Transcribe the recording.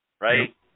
right